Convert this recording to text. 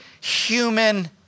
human